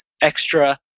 extra